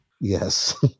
Yes